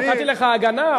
נתתי לך הגנה.